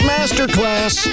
Masterclass